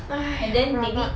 rabak